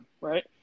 right